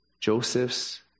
Joseph's